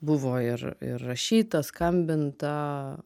buvo ir ir rašyta skambinta